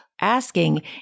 asking